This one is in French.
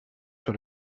sur